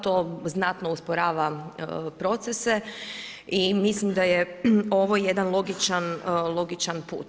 To znatno usporava procese i mislim da je ovo jedan logičan put.